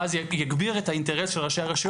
ואז זה יגביר את האינטרס של ראשי הרשויות.